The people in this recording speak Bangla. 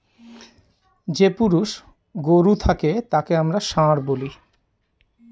যে পুরুষ গরু থাকে তাকে আমরা ষাঁড় বলি